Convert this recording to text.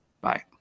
Bye